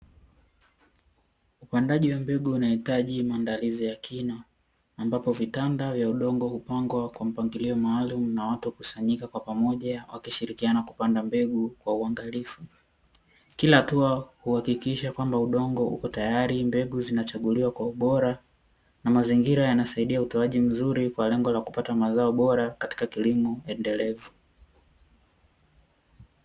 Upandaji wa mbegu unahitaji maandalizi ya kina, ambapo vitanda vya udongo hupangwa kwa mpangilio maalumu na watu hukusanyika kwa pamoja wakishirikiana kupanda mbegu kwa uangalifu. Kila hatua huhakikisha kwamba udongo uko tayari, mbegu zinachaguliwa kwa ubora na mazingira yanasaidia utoaji mzuri kwa lengo la kupata mazao bora katika kilimo endelevu.